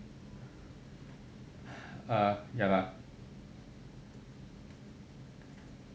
!huh! ya lah correct lah